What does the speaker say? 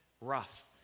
rough